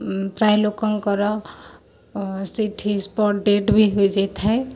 ପ୍ରାୟ ଲୋକଙ୍କର ସେଠି ସ୍ପଟ୍ ଡ଼େଟ୍ ବି ହୋଇଯାଇଥାଏ